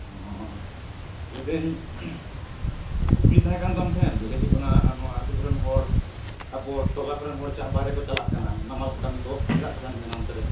ᱚᱸᱻ ᱞᱟᱹᱭᱮᱫᱟᱹᱧ ᱠᱩᱠᱞᱤ ᱛᱟᱦᱮᱸ ᱠᱟᱱ ᱫᱚ ᱟᱢ ᱴᱷᱮᱱ ᱞᱟᱹᱭ ᱦᱩᱭᱩᱜ ᱠᱟᱱᱟ ᱱᱚᱣᱟ ᱟᱛᱳ ᱠᱚᱨᱮᱱ ᱦᱚᱲ ᱟᱵᱚ ᱴᱚᱞᱟ ᱠᱚᱨᱮᱱ ᱦᱚᱲ ᱪᱟᱜ ᱵᱟᱨᱦᱮ ᱠᱚ ᱪᱟᱞᱟᱜ ᱠᱟᱱᱟ ᱱᱟᱢᱟᱞ ᱠᱟᱹᱢᱤ ᱠᱚ ᱪᱮᱫᱟᱜ ᱠᱚ ᱛᱟᱦᱮᱱ ᱠᱟᱱᱟ ᱚᱱᱛᱮ ᱨᱮ